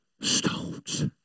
stones